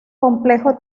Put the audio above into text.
complejo